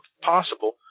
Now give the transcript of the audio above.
possible